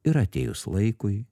ir atėjus laikui